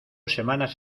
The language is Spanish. semanas